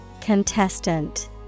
Contestant